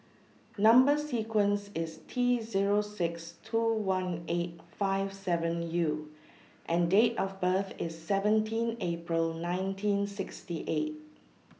Number sequence IS T Zero six two one eight five seven U and Date of birth IS seventeen April nineteen sixty eight